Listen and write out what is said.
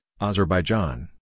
Azerbaijan